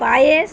পায়েস